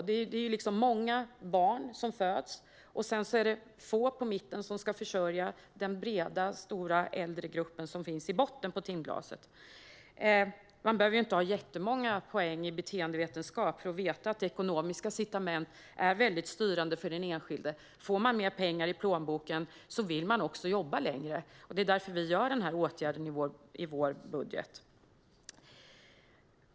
Det är många barn som föds och få på mitten som ska försörja den breda, större gruppen av äldre som finns i botten av timglaset. Man behöver inte ha jättemånga poäng i beteendevetenskap för att veta att ekonomiska incitament är väldigt styrande för den enskilde. Får man mer pengar i plånboken vill man också jobba längre. Det är därför vi har den här åtgärden i vår budget.